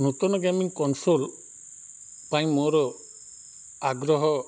ନୂତନ gaming console ପାଇଁ ମୋର ଆଗ୍ରହ